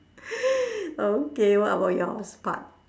okay what about yours part